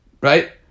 right